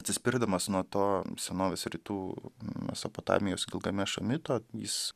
atsispirdamas nuo to senovės rytų mesopotamijos gilgamešo mito jis